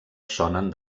sonen